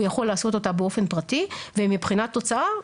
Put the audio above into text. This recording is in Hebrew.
הוא יכול לעשות אותה באופן פרטי ומבחינת תוצאה,